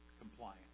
compliant